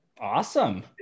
Awesome